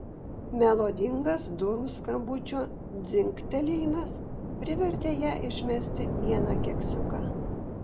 melodingas durų skambučio dzingtelėjimas privertė ją išmesti vieną keksiuką